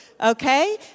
okay